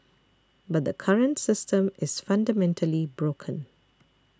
but the current system is fundamentally broken